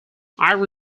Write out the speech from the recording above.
iron